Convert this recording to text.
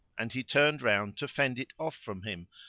and he turned round to fend it off from him,